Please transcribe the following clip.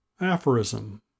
Aphorism